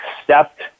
accept